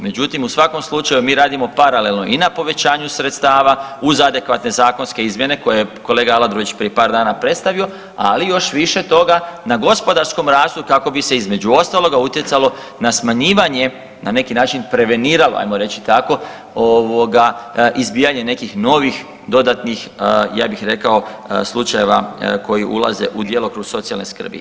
Međutim, u svakom slučaju mi radimo paralelno i na povećanju sredstava uz adekvatne zakonske izmjene koje je kolega Aladrović prije par dana predstavio, ali još više toga na gospodarskom rastu kako bi se između ostaloga utjecalo na smanjivanje na neki način preveniralo hajmo reći tako izbijanje nekih novih dodatnih ja bih rekao slučajeva koji ulaze u djelokrug socijalne skrbi.